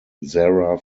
zara